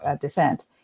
descent